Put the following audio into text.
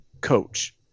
coach